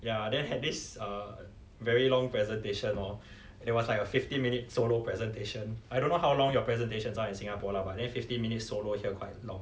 ya then had this uh very long presentation lor there was like a fifteen minute solo presentation I don't know how long your presentations are in singapore lah but then fifteen minutes solo here quite long